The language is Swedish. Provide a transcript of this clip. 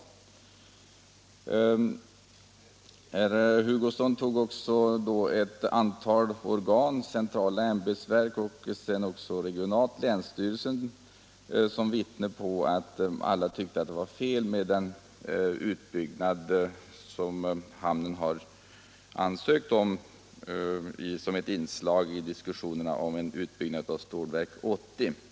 Herr Hugosson tog också ett antal centrala ämbetsverk — och på det regionala planet länsstyrelsen — till vittne på att alla tycker att den utbyggnad som hamnen har ansökt om som ett inslag i diskussionerna om en utbyggnad av Stålverk 80 är felaktig.